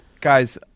guys